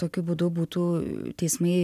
tokiu būdu būtų teismai